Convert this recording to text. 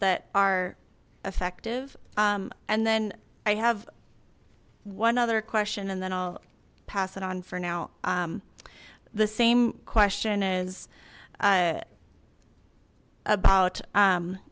that are effective and then i have one other question and then i'll pass it on for now the same question is about